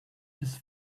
his